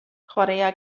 chwaraea